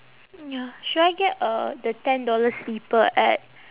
ya should I get uh the ten dollar slipper at